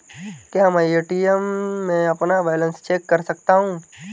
क्या मैं ए.टी.एम में अपना बैलेंस चेक कर सकता हूँ?